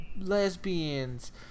lesbians